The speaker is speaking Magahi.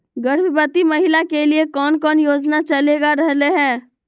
गर्भवती महिला के लिए कौन कौन योजना चलेगा रहले है?